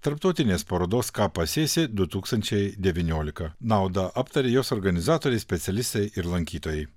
tarptautinės parodos ką pasėsi du tūkstančiai devyniolika naudą aptarė jos organizatoriai specialistai ir lankytojai